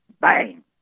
bang